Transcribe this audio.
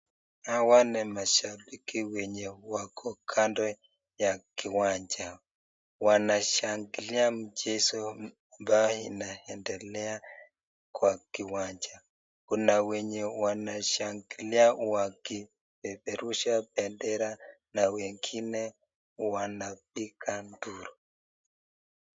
Hawa ni mashabiki wenye wako kando ya kiwanja, wanashangilia mchezo ambayo inaendelea kwa kiwanja. kuna wenye wanashangilia wakipeperusha bendera na wengine wanapiga nduru.